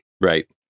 Right